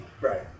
Right